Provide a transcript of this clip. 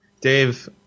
Dave